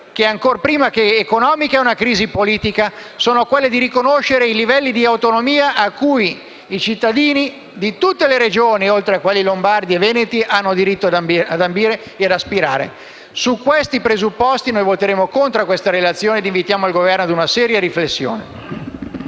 che ancor prima che economica è politica, sono quelle di riconoscere i livelli di autonomia a cui i cittadini di tutte le Regioni, oltre a quelli lombardi e veneti, hanno diritto ad ambire e aspirare. Con questi presupposti voteremo contro la relazione e invitiamo il Governo ad una seria riflessione.